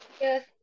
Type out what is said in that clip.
Yes